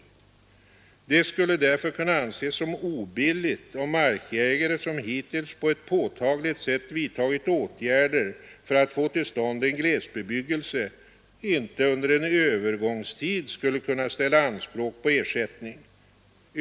Det skulle därför kunna anses som obilligt om markägare som hittills på ett påtagligt sätt vidtagit åtgärder för att få till stånd en glesbebyggelse inte under en övergångstid skulle kunna ställa anspråk på ersättning.